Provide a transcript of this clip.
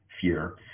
fear